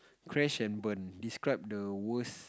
crash and burn describe the worst